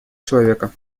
человека